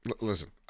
listen